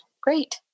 Great